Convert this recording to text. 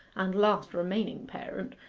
and last remaining parent,